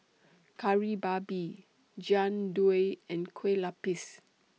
Kari Babi Jian Dui and Kueh Lupis